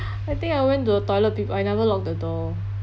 I think I went to the toilet pee I never lock the door